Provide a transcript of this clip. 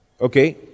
Okay